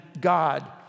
God